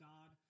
God